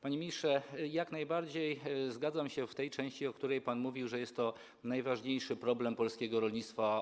Panie ministrze, jak najbardziej zgadzam się w tej części, w której pan mówił, że jest to obecnie najważniejszy problem polskiego rolnictwa.